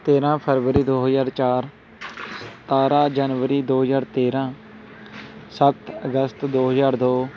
ਤੇਰ੍ਹਾਂ ਫਰਵਰੀ ਦੋ ਹਜ਼ਾਰ ਚਾਰ ਸਤਾਰ੍ਹਾਂ ਜਨਵਰੀ ਦੋ ਹਜ਼ਾਰ ਤੇਰ੍ਹਾਂ ਸੱਤ ਅਗਸਤ ਦੋ ਹਜ਼ਾਰ ਦੋ